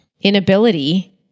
inability